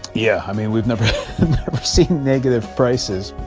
yeah. i mean, we've never seen negative prices